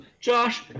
Josh